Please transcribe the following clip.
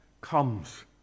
comes